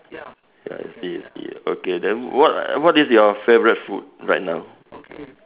ya I see I see okay then what what is your favourite food right now